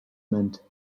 meant